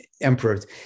emperors